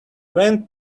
went